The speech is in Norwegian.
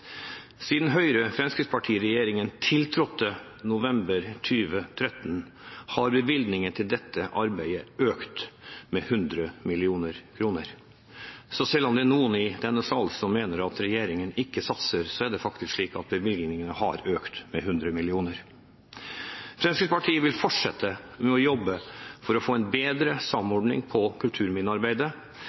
Siden Høyre–Fremskrittsparti-regjeringen tiltrådte i oktober 2013, har bevilgningene til dette arbeidet økt med 100 mill. kr, så selv om det er noen i denne salen som mener at regjeringen ikke satser, er det faktisk slik at bevilgningene har økt, med 100 mill. kr. Fremskrittspartiet vil fortsette med å jobbe for å få en bedre samordning av kulturminnearbeidet